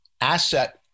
asset